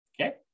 okay